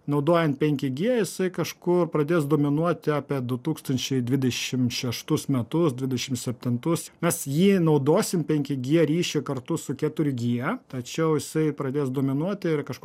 naudojant penki gie jisai kažkur pradės dominuoti apie du tūkstančiai dvidešim šeštus metus dvidešim septintus mes jį naudosim penki gie ryšį kartu su keturi gie tačiau jisai pradės dominuoti ir kažkur